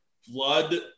Flood